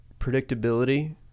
predictability